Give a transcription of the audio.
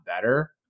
better